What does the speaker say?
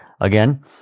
Again